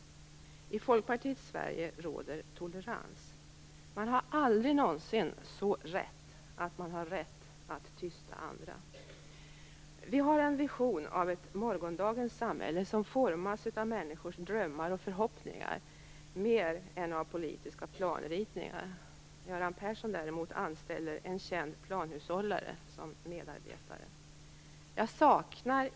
I Folkpartiets Sverige råder tolerans. Man har aldrig någonsin så rätt att man har rätt att tysta andra. Vi har en vision av ett morgondagens samhälle som formas av människors drömmar och förhoppningar mer än av politiska planritningar. Göran Persson däremot anställer en känd planhushållare som medarbetare.